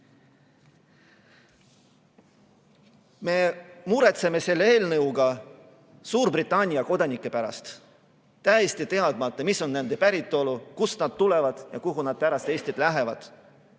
me muretseme Suurbritannia kodanike pärast, täiesti teadmata, milline on nende päritolu, kust nad tulevad ja kuhu nad pärast Eestit lähevad.